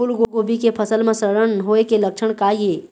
फूलगोभी के फसल म सड़न होय के लक्षण का ये?